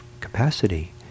capacity